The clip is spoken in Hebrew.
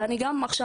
עכשיו,